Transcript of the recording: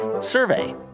survey